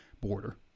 border